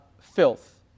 filth